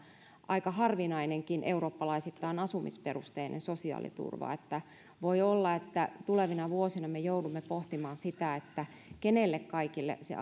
aika harvinainenkin asumisperusteinen sosiaaliturva niin voi olla että tulevina vuosina me joudumme pohtimaan sitä kenelle kaikille se